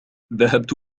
ذهبت